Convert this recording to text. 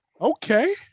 Okay